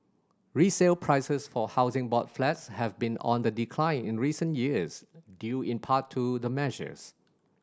resale prices for Housing Board flats have been on the decline in recent years due in part to the measures